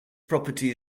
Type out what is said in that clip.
property